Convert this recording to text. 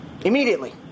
immediately